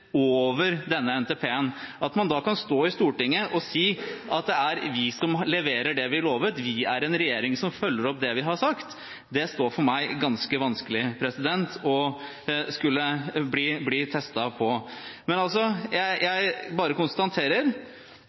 over denne NTP-en. At man da kan stå i Stortinget og si at det er vi som leverer det vi lovet, vi er en regjering som følger opp det vi har sagt, står for meg ganske vanskelig å skulle bli testet på. Jeg bare konstaterer: